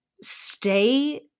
stay